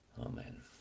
Amen